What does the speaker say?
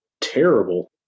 terrible